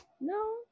No